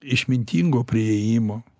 išmintingo priėjimo